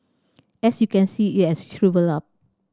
as you can see it has shrivelled up